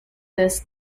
this